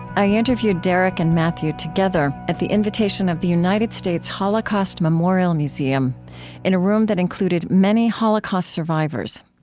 i interviewed derek and matthew together at the invitation of the united states holocaust memorial museum in a room that included many holocaust survivors.